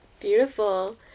beautiful